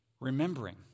Remembering